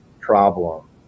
problem